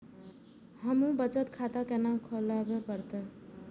हमू बचत खाता केना खुलाबे परतें?